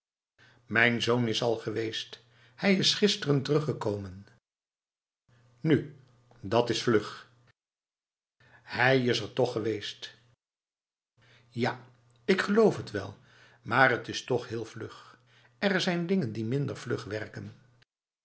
mijn zoon is al geweest hij is gisteren teruggekomen nu dat is vlug hij is er toch geweest ja ik geloof het wel maar het is toch heel vlug er zijn dingen die minder vlug werken